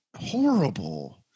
horrible